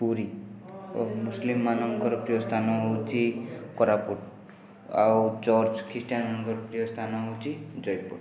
ପୁରୀ ଓ ମୁସଲିମ୍ମାନଙ୍କର ପ୍ରିୟ ସ୍ଥାନ ହେଉଛି କୋରାପୁଟ ଆଉ ଚର୍ଚ୍ଚ ଖ୍ରୀଷ୍ଟିୟାନ୍ମାନଙ୍କର ପ୍ରିୟ ସ୍ଥାନ ହେଉଛି ଜୟପୁର